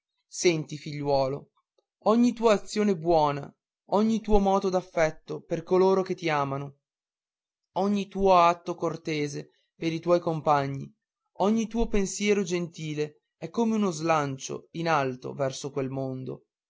senti figliuolo ogni tua azione buona ogni tuo moto d'affetto per coloro che ti amano ogni tuo atto cortese per i tuoi compagni ogni tuo pensiero gentile è come uno slancio in alto verso quel mondo